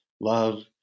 love